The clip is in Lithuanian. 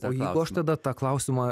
o jeigu aš tada tą klausimą